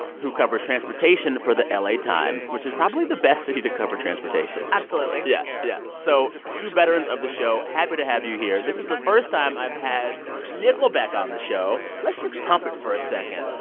who covers transportation for the la times, which is probably the best city to cover transportation absolutely yeah. yeah. so two veterans of the show happy to have you here. this is the first time i've had nickelback on the show. let's just pump it for a second.